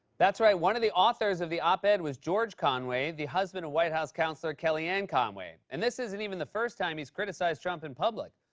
that's right, one of the authors of the op-ed was george conway, the husband of white house counselor kellyanne conway. and this isn't even the first time he's criticized trump in public.